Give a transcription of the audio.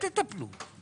הכול עודפים.